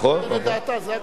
לתת את דעתה, זה הכול.